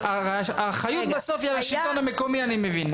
האחריות בסוף על השלטון המקומי, אני מבין.